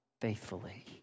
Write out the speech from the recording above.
faithfully